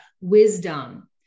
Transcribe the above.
wisdom